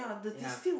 ya